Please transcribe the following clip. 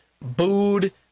booed